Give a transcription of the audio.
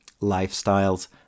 lifestyles